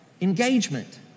engagement